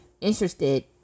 interested